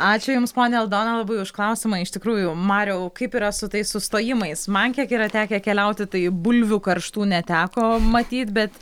ačiū jums ponia aldona labai už klausimą iš tikrųjų mariau kaip yra su tais sustojimais man kiek yra tekę keliauti tai bulvių karštų neteko matyt bet